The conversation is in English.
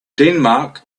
denmark